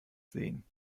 sehen